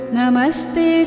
Namaste